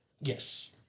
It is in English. Yes